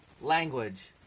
language